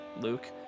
luke